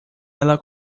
ela